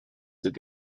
spend